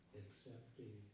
accepting